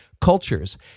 cultures